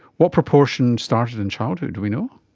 what proportion started in childhood, do we know?